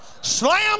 Slam